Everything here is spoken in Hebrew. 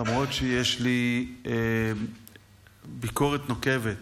למרות שיש לי ביקורת נוקבת